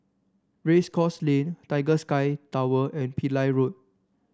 Race Course Lane Tiger Sky Tower and Pillai Road